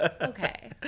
Okay